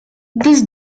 this